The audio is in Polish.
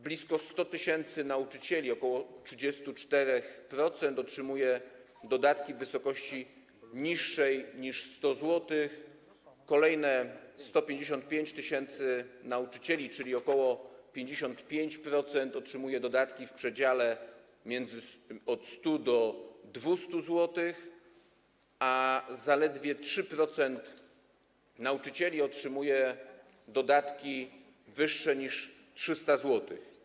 Blisko 100 tys. nauczycieli, ok. 34%, otrzymuje dodatki w wysokości niższej niż 100 zł, kolejne 155 tys. nauczycieli, czyli ok. 55%, otrzymuje dodatki w przedziale od 100 zł do 200 zł, a zaledwie 3% nauczycieli otrzymuje dodatki wyższe niż 300 zł.